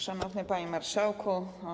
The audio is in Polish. Szanowny Panie Marszałku!